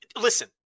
listen